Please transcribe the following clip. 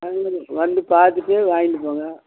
வந்து வந்து பார்த்துட்டு வாங்கிவிட்டு போங்க